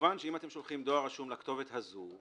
כמובן שאם אתם שולחים דואר רשום לכתובת הזו,